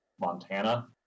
Montana